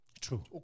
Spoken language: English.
True